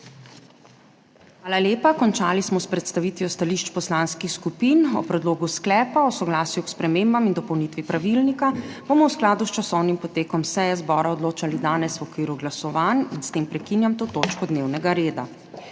Hvala lepa. Končali smo s predstavitvijo stališč poslanskih skupin. O predlogu sklepa o soglasju k spremembam in dopolnitvi pravilnika bomo v skladu s časovnim potekom seje zbora odločali danes v okviru glasovanj. S tem prekinjam to točko dnevnega reda.